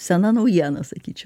sena naujiena sakyčiau